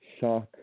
shock